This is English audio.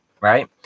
right